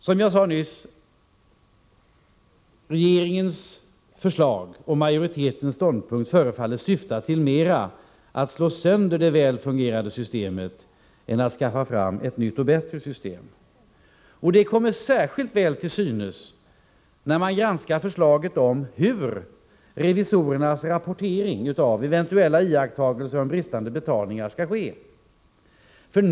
Som jag sade nyss förefaller regeringens förslag och majoritetens ståndpunkt syfta mera till att slå sönder det väl fungerande systemet än till att skaffa fram ett nytt och bättre system. Det kommer särskilt väl till synes när man granskar förslaget om hur revisorernas rapportering av eventuella iakttagelser av brister i företagens skötsel av sina betalningsåligganden skall ske.